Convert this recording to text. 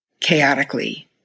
chaotically